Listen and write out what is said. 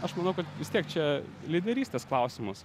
aš manau kad vis tiek čia lyderystės klausimas